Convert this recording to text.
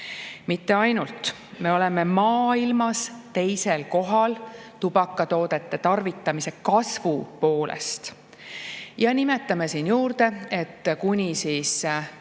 mitte ainult! Me oleme maailmas teisel kohal tubakatoodete tarvitamise kasvu poolest. Nimetame siia juurde, et kuni